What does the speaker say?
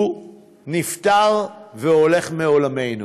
הוא נפטר והולך מעולמנו?